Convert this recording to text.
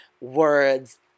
words